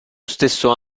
stesso